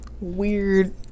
Weird